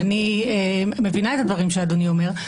אני מבינה את הדברים שאדוני אומר.